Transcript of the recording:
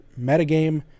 Metagame